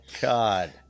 God